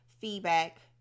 feedback